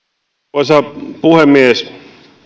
arvoisa puhemies